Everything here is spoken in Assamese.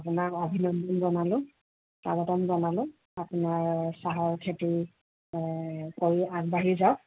আপোনাক অভিনন্দন জনালোঁ স্বাগতম জনালোঁ আপোনাৰ চাহৰ খেতি কৰি আগবাঢ়ি যাওক